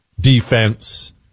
Defense